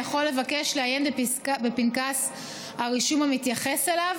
יכול לבקש לעיין בפנקס הרישום המתייחס אליו